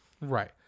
Right